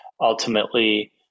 ultimately